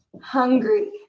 hungry